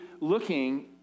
looking